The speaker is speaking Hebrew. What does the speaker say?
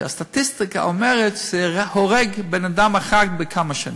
שהסטטיסטיקה אומרת שזה הורג בן-אדם אחד בכמה שנים.